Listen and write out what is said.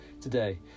today